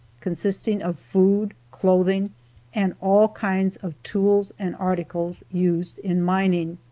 consisting of food, clothing and all kinds of tools and articles used in mining.